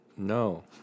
No